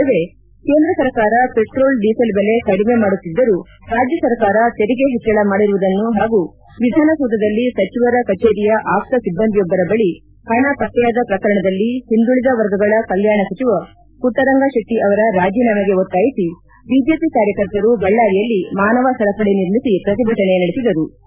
ಈ ನಡುವೆ ಕೇಂದ್ರ ಸರ್ಕಾರ ಪೆಟ್ರೋಲ್ ಡೀಸಲ್ ಬೆಲೆ ಕಡಿಮೆ ಮಾಡುತ್ತಿದ್ದರೂ ರಾಜ್ಯ ಸರ್ಕಾರ ತೆರಿಗೆ ಹೆಚ್ಚಳ ಮಾಡಿರುವುದನ್ನು ಹಾಗೂ ವಿಧಾನಸೌಧದಲ್ಲಿ ಸಚಿವರ ಕಚೇರಿಯ ಆಪ್ತ ಸಿಬ್ಬಂದಿಯೊಬ್ದರ ಬಳಿ ಹಣ ಪತ್ತೆಯಾದ ಪ್ರಕರಣದಲ್ಲಿ ಹಿಂದುಳಿದ ವರ್ಗಗಳ ಕಲ್ಕಾಣ ಸಚಿವ ಪುಟ್ಟರಂಗಕೆಟ್ಟ ಅವರ ರಾಜೀನಾಮೆಗೆ ಒತ್ತಾಯಿಸಿ ಬಿಜೆಪಿ ಕಾರ್ಯಕರ್ತರು ಬಳ್ಯಾರಿಯಲ್ಲಿ ಮಾನವ ಸರಪಳಿ ನಿರ್ಮಿಸಿ ಪ್ರತಿಭಟನೆ ನಡೆಸಿದರು